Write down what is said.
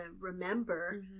remember